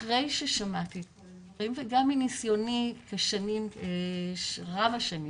אחרי ששמעתי את הדברים וגם מניסיוני רב השנים